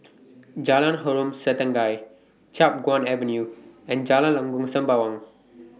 Jalan Harom Setangkai Chiap Guan Avenue and Jalan Lengkok Sembawang